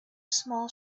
small